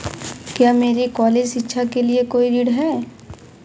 क्या मेरे कॉलेज शिक्षा के लिए कोई ऋण है?